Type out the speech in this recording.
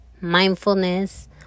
mindfulness